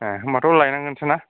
ए होमबाथ' लाइनांगोनसोना